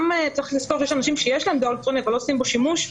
צריך לזכור שגם אנשים שיש להם --- אבל לא עושים בו שימוש,